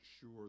sure